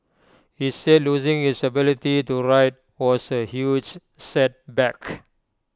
he said losing his ability to write was A huge setback